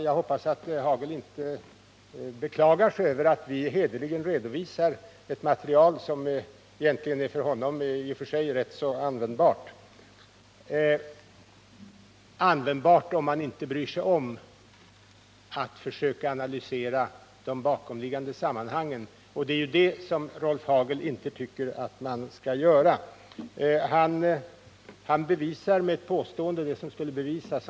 Jag hoppas att Rolf Hagel inte beklagar sig över att vi hederligen redovisar ett material som för honom är rätt användbart — användbart om man inte bryr sig om att försöka analysera de bakomliggande sammanhangen, och det är ju det som Rolf Hagel inte tycker att man skall göra. Rolf Hagel bevisar med ett påstående det som skulle bevisas.